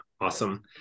Awesome